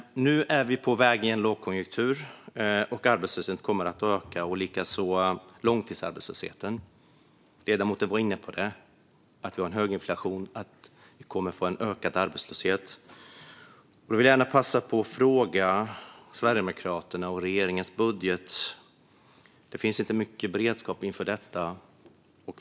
Nu är vi på väg in i en lågkonjunktur. Arbetslösheten kommer att öka liksom långtidsarbetslösheten. Ledamoten var inne på att vi har en hög inflation och att vi kommer att få en ökad arbetslöshet. Därför vill jag gärna passa på att fråga Sverigedemokraterna om regeringens budget. Där finns inte mycket beredskap inför detta.